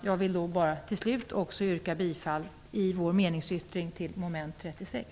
Jag yrkar också bifall till vår meningsyttring till mom. 36.